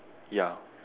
ya